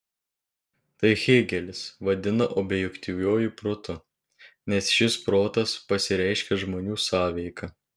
tai hėgelis vadina objektyviuoju protu nes šis protas pasireiškia žmonių sąveika